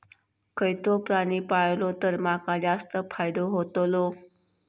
खयचो प्राणी पाळलो तर माका जास्त फायदो होतोलो?